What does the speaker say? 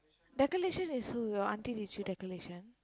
decoration is who your auntie teach you decoration